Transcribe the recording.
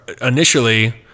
initially